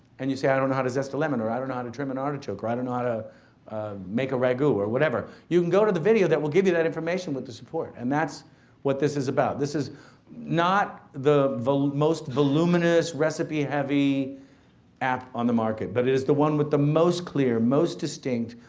and you say, i don't know how to zest a lemon, or, i don't know how to trim an artichoke, or, i don't ah know how to make a ragu, or whatever, you can go to the video that will give you that information with the support. and that's what this is about. this is not the the most voluminous recipe-heavy app on the market, but it is the one with the most clear, most distinct,